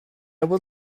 will